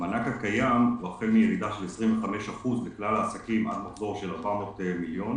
במענק הקיים הוא החל מירידה של 25% לכלל העסקים עד מחזור של 400 מיליון,